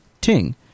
Ting